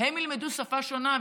הם ילמדו שפה שונה.